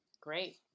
Great